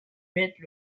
mettent